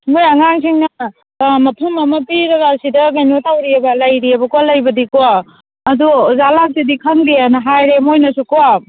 ꯃꯈꯣꯏ ꯑꯉꯥꯡꯁꯤꯡꯅ ꯃꯐꯝ ꯑꯃ ꯄꯤꯔꯒ ꯁꯤꯗ ꯀꯩꯅꯣ ꯇꯧꯔꯦꯕ ꯂꯩꯔꯦꯕꯀꯣ ꯂꯩꯕꯗꯤꯀꯣ ꯑꯗꯣ ꯑꯣꯖꯥ ꯂꯥꯛꯇ꯭ꯔꯗꯤ ꯈꯪꯗꯦꯅ ꯍꯥꯏꯔꯦ ꯃꯈꯣꯏꯅꯁꯨꯀꯣ